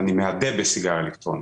אני מאדה בסיגריה אלקטרונית.